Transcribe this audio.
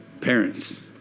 Parents